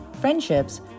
friendships